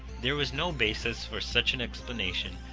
there was no basis for such an explanation,